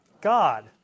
God